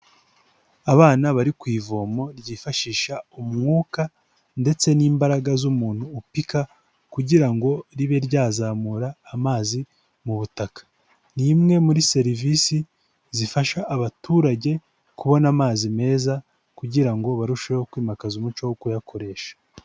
Abana bari ku ivomo ryifashisha umwuka ndetse n'imbaraga z'umuntu upika kugira ngo ribe ryazamura amazi mu butaka. Ni imwe muri serivisi zifasha abaturage kubona amazi meza kugira ngo barusheho kwimakaza umuco wo kuyakoresha.